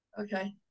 Okay